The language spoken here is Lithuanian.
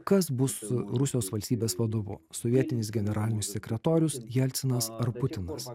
kas bus rusijos valstybės vadovu sovietinis generalinis sekretorius jelcinas ar putinas